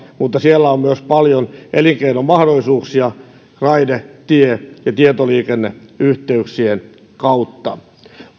mutta siellä on myös paljon elinkeinomahdollisuuksia raide tie ja tietoliikenneyhteyksien kautta